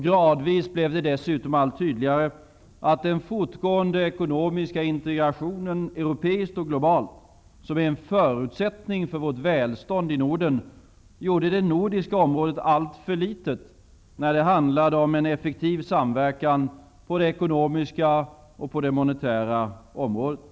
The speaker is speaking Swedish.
Gradvis blev det dessutom allt tydligare att den fortgående ekonomiska integrationen, europeiskt och globalt, som en förutsättning för välståndet i Norden gjorde det nordiska området alltför litet när det handlade om en effektiv samverkan på det ekonomiska och det monetära området.